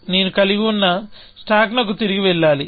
నేను కలిగి ఉన్న స్టాక్ నకు తిరిగి వెళ్ళాలి